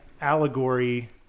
allegory